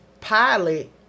pilot